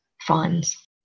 funds